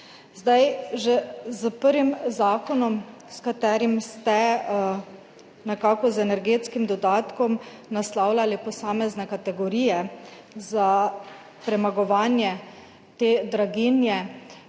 Že s prvim zakonom, s katerim ste nekako z energetskim dodatkom naslavljali posamezne kategorije za premagovanje te draginje,